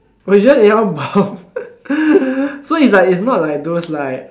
okay just anyhow bomb so it's like not like those like